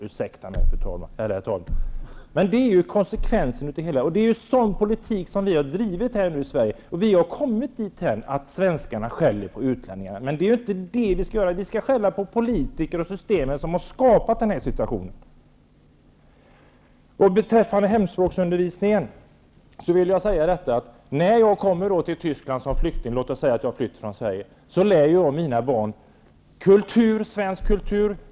Ursäkta mig, herr talman! -- Detta är konsekvensen. Det är sådan politik som vi har drivit i Sverige. Vi har kommit dithän att svenskarna skäller på utlänningarna. Men det är inte det vi skall göra. Vi skall skälla på politiker och det system som har skapat den här situationen. Beträffande hemspråksundervisningen vill jag säga att jag när jag kommer till Tyskland som flykting låt oss säga att jag har flytt från Sverige -- lär mina barn svensk kultur.